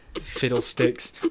fiddlesticks